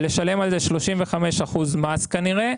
ולשלם על זה 35% מס כנראה.